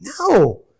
No